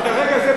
אבל ברגע זה,